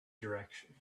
direction